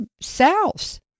selves